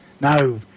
No